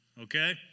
okay